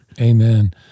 Amen